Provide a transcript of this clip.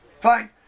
Fine